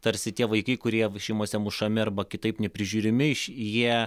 tarsi tie vaikai kurie šeimose mušami arba kitaip neprižiūrimi iš jie